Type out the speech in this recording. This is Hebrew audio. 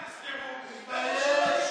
תתבייש,